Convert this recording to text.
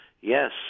yes